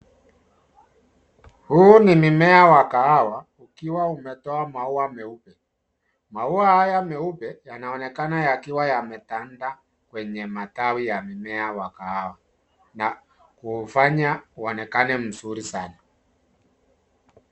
Huu ni mimea wa kahawa ukiwa umetoa maua meupe maua haya meupe yanaonekana yakiwa yametandaa kwenye matawi ya mimea wa kahawa na kufanya uonekane mzuri sana.